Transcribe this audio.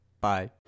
Bye